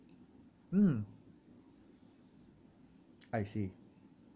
mm I see